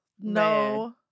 no